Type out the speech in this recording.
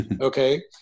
Okay